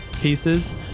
pieces